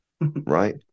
Right